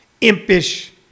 impish